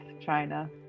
China